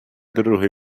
друге